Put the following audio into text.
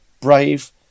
Brave